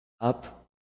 up